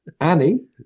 Annie